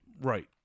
Right